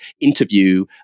interview